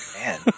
man